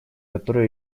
которую